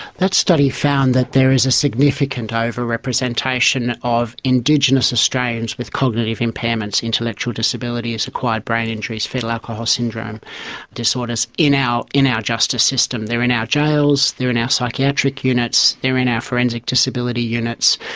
that study found that there is a significant overrepresentation of indigenous australians with cognitive impairments, intellectual disabilities, acquired brain injuries, foetal alcohol syndrome disorders in our in our justice system. they are in our jails, they are in our psychiatric units, they are in our forensic disability units.